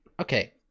Okay